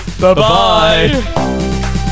Bye-bye